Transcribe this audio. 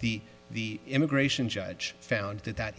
the the immigration judge found that that